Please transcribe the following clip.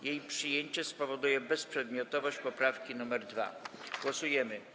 Jej przyjęcie spowoduje bezprzedmiotowość poprawki nr 2. Głosujemy.